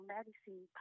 Medicine